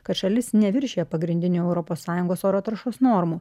kad šalis neviršija pagrindinių europos sąjungos oro taršos normų